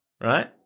Right